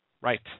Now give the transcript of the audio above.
Right